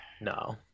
no